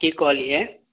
की कहलियै